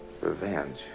Revenge